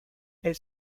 elle